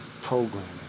programming